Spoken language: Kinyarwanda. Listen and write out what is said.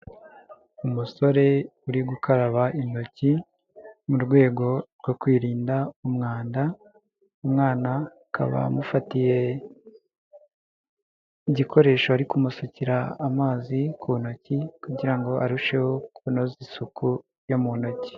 Umusore uri gukaraba intoki mu rwego rwo kwirinda umwanda, umwana akaba amufatiye igikoresho ariko kumusukira amazi ku ntoki kugira ngo arusheho kunoza isuku yo mu ntoki.